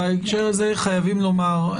בהקשר הזה חייבים לומר,